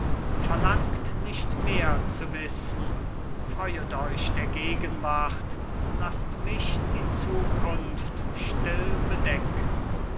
verlangt nicht mehr zu wissen freuet euch der gegenwart laßt mich die zukunft still bedecken